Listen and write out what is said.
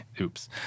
Oops